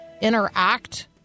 interact